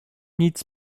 nic